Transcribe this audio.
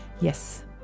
Yes